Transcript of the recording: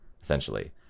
essentially